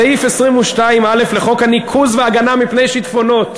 סעיף 22(א) לחוק הניקוז וההגנה מפני שיטפונות,